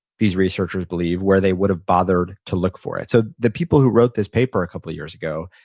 these researchers believe, where they would have bothered to look for it. so the people who wrote this paper a couple years ago,